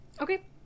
Okay